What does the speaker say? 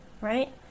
right